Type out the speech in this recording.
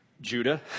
Judah